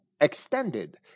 extended